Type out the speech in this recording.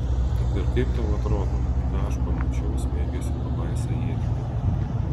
ir kaip tau atrodo ką aš pamačiau smeigęs į pabaisą ietimi